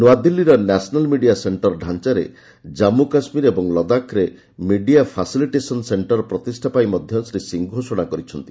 ନୂଆଦିଲ୍ଲୀର national media centre ଡାଞ୍ଚାରେ କମ୍ମୁ କାଶ୍ମୀର ଓ ଲଦାଖ୍ରେ ମିଡିଆ ଫାସିଲିଟେସନ୍ ସେକ୍ଷର ପ୍ରତିଷ୍ଠାପାଇଁ ମଧ୍ୟ ଶ୍ରୀ ସିଂହ ଘୋଷଣା କରିଛନ୍ତି